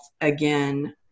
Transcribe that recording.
again